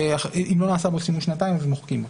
אם לא נעשה בו שימוש שנתיים אז מוחקים אותו.